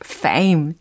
fame